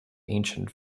ancient